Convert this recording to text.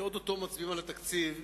כשאו-טו-טו מצביעים על התקציב?